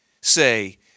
say